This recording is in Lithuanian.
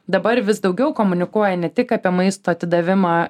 dabar vis daugiau komunikuoja ne tik apie maisto atidavimą